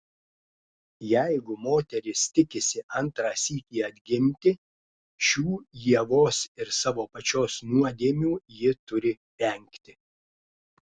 jeigu moteris tikisi antrą sykį atgimti šių ievos ir savo pačios nuodėmių ji turi vengti